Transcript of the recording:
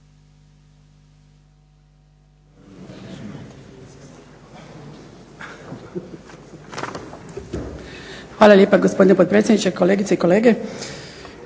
Hvala lijepa gospodine potpredsjedniče, kolegice i kolege.